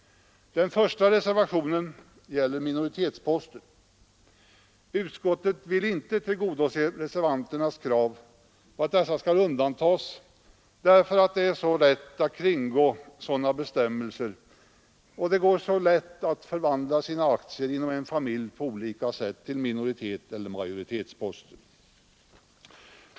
Den första reservationen gäller minoritetsposter. Utskottet vill inte tillgodose reservanternas krav att dessa poster skulle undantas, därför att det är så oerhört lätt att kringgå sådana bestämmelser och förvandla aktieinnehavet inom en familj till majoritetseller minoritetsposter.